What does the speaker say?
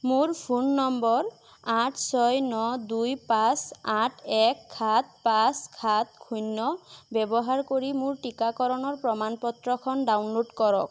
মোৰ phone number আঠ ছয় ন দুই পাঁচ আঠ এক সাত পাঁচ সাত শূন্য ব্যৱহাৰ কৰি মোৰ টিকাকৰণৰ প্ৰমাণপত্ৰখন ডাউনল'ড কৰক